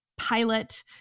pilot